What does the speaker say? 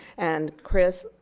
and chris,